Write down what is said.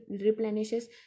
replenishes